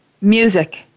Music